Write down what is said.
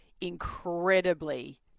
incredibly